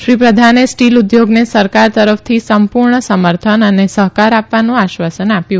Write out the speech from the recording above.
શ્રી પ્રધાને સ્ટીલ ઉદ્યોગને સરકાર તરફથી સંપૂર્ણમ સમર્થન અને સહકાર આપવાનું આશ્વાસન આપ્યું